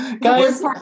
Guys